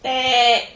dey